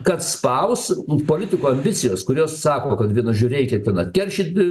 kad spaus politikų ambicijos kurios sako kad vienu žu reikia ten atkeršyt